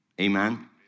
Amen